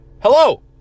hello